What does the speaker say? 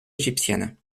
égyptiennes